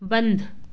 बंद